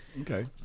Okay